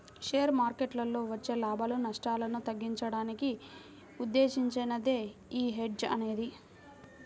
share మార్కెట్టులో వచ్చే లాభాలు, నష్టాలను తగ్గించడానికి ఉద్దేశించినదే యీ హెడ్జ్ అనేది